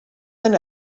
than